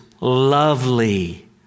lovely